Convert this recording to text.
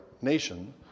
nation